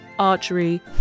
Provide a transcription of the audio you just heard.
archery